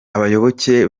abayoboke